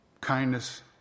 Kindness